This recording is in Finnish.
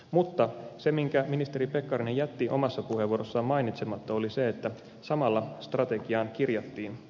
mutta se minkä ministeri pekkarinen jätti omassa puheenvuorossaan mainitsematta oli se että samalla strategiaan kirjattiin